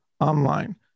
online